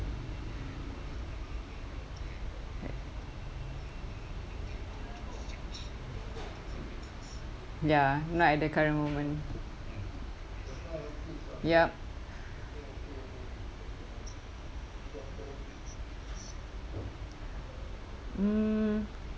ya not at the current moment yup mm